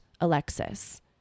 Alexis